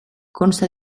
consta